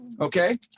okay